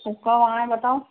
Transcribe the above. तो कब आएं बताओ